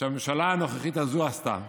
שהממשלה הנוכחית הזו עשתה: